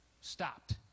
stopped